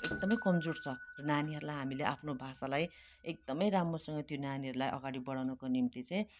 एकदमै कमजोर छ नानीहरूलाई हामीले आफ्नो भाषालाई एकदमै राम्रोसँग त्यो नानीहरूलाई अघाडि बढाउनको निम्ति चाहिँ